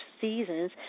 seasons